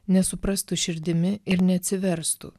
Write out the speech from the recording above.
nesuprastų širdimi ir neatsiverstų